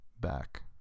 back